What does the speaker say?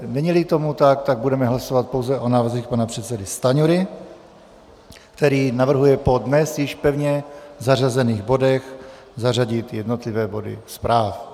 Neníli tomu tak, tak budeme hlasovat pouze o návrzích pana předsedy Stanjury, který navrhuje po dnes již pevně zařazených bodech zařadit jednotlivé body zpráv.